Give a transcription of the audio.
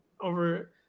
over